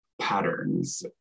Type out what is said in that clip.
patterns